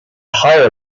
higher